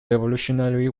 revolutionary